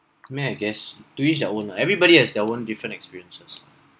mean I guess to each their own lah everybody has their own different experiences